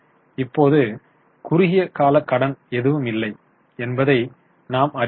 இப்போது குறுகிய கால கடன் எதுவும் இல்லை என்பதை நாம் அறியலாம்